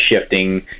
shifting